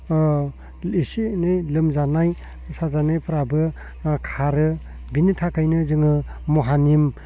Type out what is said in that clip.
एसे एनै लोमजानाय साजानायफोराबो खारो बिनि थाखायनो जोङो महानिमखौ